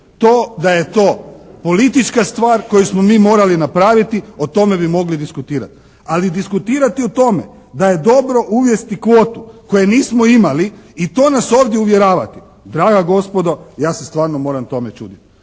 to da je to politička stvar koju smo mi morali napraviti, o tome bi mogli diskutirati. Ali diskutirati o tome da je dobro uvesti kvotu koje nismo imali i to nas ovdje uvjeravati draga gospodo ja se stvarno moram tome čuditi.